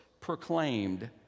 proclaimed